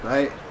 Right